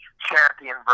champion